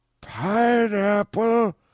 pineapple